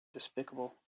despicable